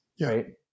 Right